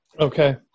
Okay